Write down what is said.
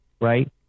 right